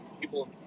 people